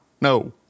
No